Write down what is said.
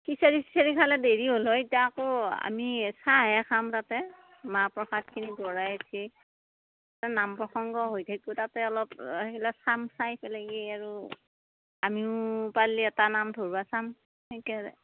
খিচাৰি চিচাৰি খালে দেৰি হ'ল হৈ ইটা আকৌ আমি চাহে খাম তাতে মাহ প্ৰসাদখিনি বঢ়াই উঠি নাম প্ৰসংগ হৈ থাকিব তাতে অলপ সেইগিলা চাম চাই ফেলাই কি আৰু আমিও পাৰলি এটা নাম ধৰবা চাম তেনকৈ আৰু